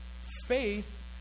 Faith